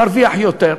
מרוויח יותר,